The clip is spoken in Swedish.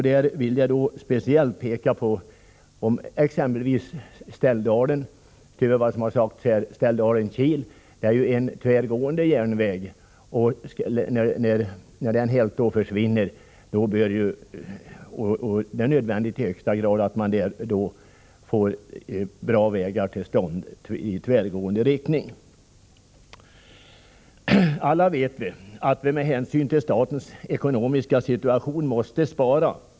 Där vill jag speciellt peka på bandelen Ställdalen-Kil, för, som det har sagts här, Ställdalen-Kil är en tvärgående järnväg och när den helt försvinner blir det i hög grad nödvändigt att man får bra vägar till stånd i tvärgående riktning. Alla vet vi att vi, med hänsyn till statens ekonomiska situation, måste spara.